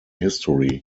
history